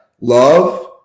love